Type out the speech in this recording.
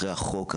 אחרי החוק,